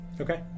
Okay